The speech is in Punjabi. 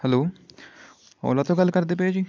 ਹੈਲੋ ਓਲਾ ਤੋਂ ਗੱਲ ਕਰਦੇ ਪਏ ਹੋ ਜੀ